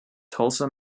tulsa